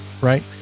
right